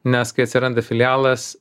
nes kai atsiranda filialas